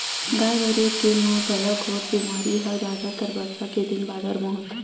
गाय गरु के म गलाघोंट बेमारी ह जादातर बरसा के दिन बादर म होथे